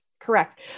Correct